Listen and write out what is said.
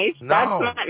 No